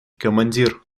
командир